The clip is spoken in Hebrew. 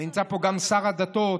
נמצא פה גם שר הדתות,